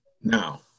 Now